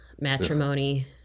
matrimony